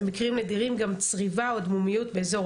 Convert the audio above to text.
במקרים נדירים גם צריבה או אדמומיות באזור